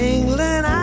England